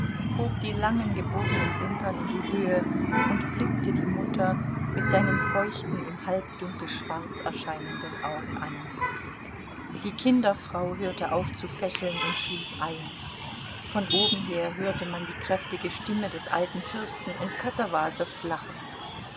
hob die langen gebogenen wimpern in die höhe und blickte die mutter mit seinen feuchten im halbdunkel schwarz erscheinenden augen an die kinderfrau hörte auf zu fächeln und schlief ein von oben her hörte man die kräftige stimme des alten fürsten und katawasows lachen